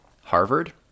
Harvard